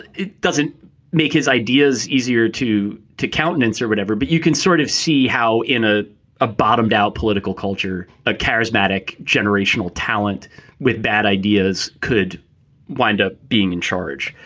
it doesn't make his ideas easier to to countenance or whatever, but you can sort of see how in a a bottomed out political culture, a charismatic generational talent with bad ideas could wind up being in charge.